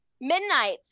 Midnight